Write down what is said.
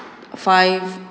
five